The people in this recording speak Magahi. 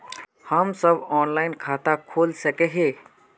हम सब ऑनलाइन खाता खोल सके है?